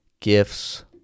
gifts